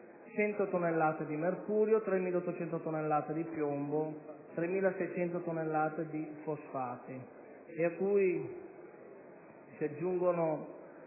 100 tonnellate di mercurio, 3.800 tonnellate di piombo, 3.600 tonnellate di fosfati, a cui si aggiungono